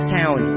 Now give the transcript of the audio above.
town